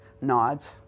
nods